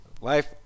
Life